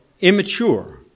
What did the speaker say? immature